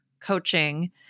coaching